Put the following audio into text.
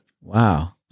Wow